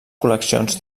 col·leccions